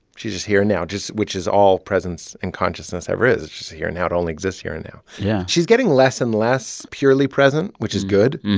she's just here and now just which is all presence and consciousness ever is. just here and now it only exists here and now yeah she's getting less and less purely present, which is good.